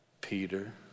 Peter